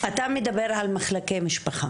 מדבר על מחלקי משפחה.